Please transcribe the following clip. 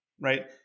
right